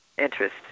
interest